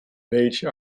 welche